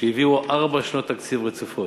שהביאו ארבע שנות תקציב רצופות.